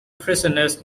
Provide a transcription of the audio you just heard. prisoners